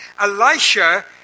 Elisha